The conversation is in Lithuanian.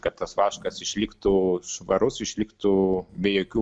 kad tas vaškas išliktų švarus išliktų be jokių